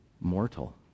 mortal